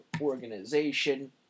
organization